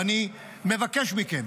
ואני מבקש מכם,